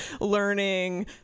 learning